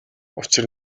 учир